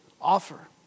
offer